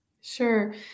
Sure